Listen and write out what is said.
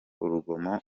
urugomo